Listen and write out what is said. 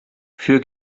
für